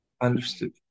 understood